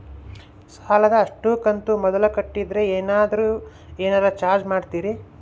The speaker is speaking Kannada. ಸಾಲದ ಅಷ್ಟು ಕಂತು ಮೊದಲ ಕಟ್ಟಿದ್ರ ಏನಾದರೂ ಏನರ ಚಾರ್ಜ್ ಮಾಡುತ್ತೇರಿ?